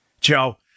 Joe